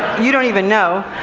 you don't even know.